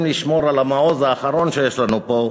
לשמור על המעוז האחרון שיש לנו פה.